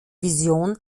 vision